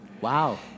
Wow